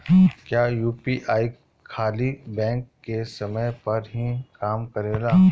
क्या यू.पी.आई खाली बैंक के समय पर ही काम करेला?